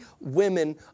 women